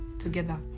together